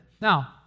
Now